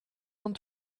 want